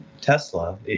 Tesla